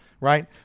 right